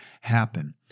happen